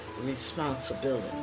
responsibility